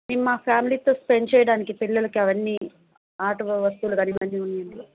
మేము మా ఫ్యామిలీతో స్పెండ్ చేయడానికి పిల్లలకి అవన్నీ ఆట వస్తువులు కానీ ఇవన్నీ ఉన్నా